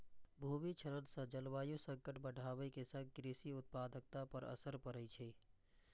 भूमि क्षरण सं जलवायु संकट बढ़ै के संग कृषि उत्पादकता पर असर पड़ै छै